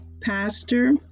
Pastor